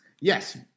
Yes